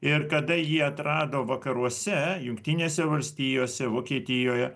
ir kada jį atrado vakaruose jungtinėse valstijose vokietijoje